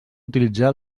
utilitzar